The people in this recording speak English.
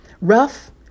rough